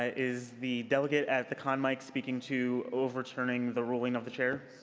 ah is the delegate at the con mic speaking to overturning the ruling of the chair?